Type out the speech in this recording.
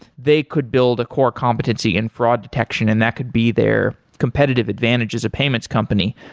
they could build a core competency in fraud detection and that could be their competitive advantage as a payments company.